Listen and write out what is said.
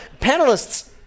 Panelists